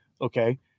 okay